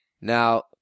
now